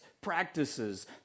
practices